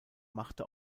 machte